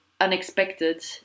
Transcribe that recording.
unexpected